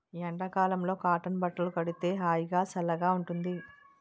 ఎండ కాలంలో కాటన్ బట్టలు కడితే హాయిగా, సల్లగా ఉంటుంది